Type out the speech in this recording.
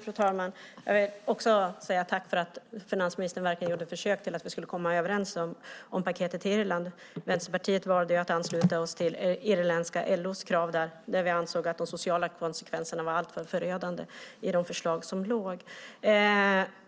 Fru talman! Jag vill också säga tack för att finansministern verkligen gjorde försök för att vi skulle komma överens om paketet för Irland. Från Vänsterpartiet valde vi att ansluta oss till irländska LO:s krav. Vi ansåg att de sociala konsekvenserna var alltför förödande i de förslag som fanns.